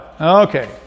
Okay